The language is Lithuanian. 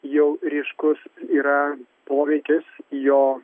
jau ryškus yra poveikis jo